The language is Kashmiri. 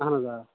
اَہَن حظ آ